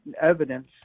evidence